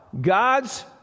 God's